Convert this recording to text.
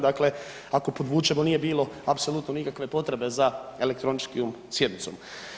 Dakle, ako podvučemo nije bilo apsolutno nikakve potrebe za elektroničkom sjednicom.